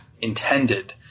intended